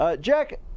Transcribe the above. Jack